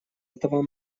этого